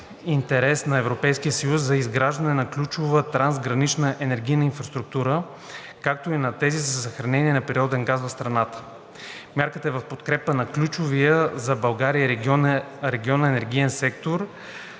интерес за Европейския съюз за изграждане на ключова трансгранична енергийна инфраструктура, както и на тази за съхранение на природен газ в страната. Мярката е в подкрепа на ключовия за България и региона енергиен сектор